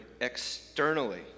externally